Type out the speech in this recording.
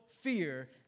fear